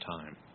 time